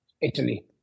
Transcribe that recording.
Italy